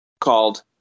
called